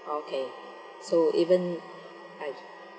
okay so even I